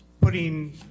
putting